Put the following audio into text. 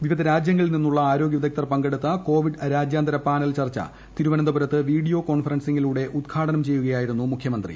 വിവിധ രാജ്യങ്ങളിൽ നിന്നുള്ള ആരോഗൃവിദഗ്ധർ പങ്കെടുത്ത കോവിഡ് രാജ്യാന്തര പാനൽ ചർച്ച തിരുവനന്തപുരത്ത് വീഡിയോ കോൺഫറൻസിംഗിലൂടെ ഉദ്ഘാടനം ചെയ്യുകയായിരുന്നു മുഖ്യമന്ത്രി